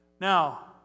Now